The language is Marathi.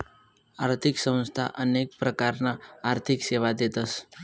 आर्थिक संस्था अनेक प्रकारना आर्थिक सेवा देतस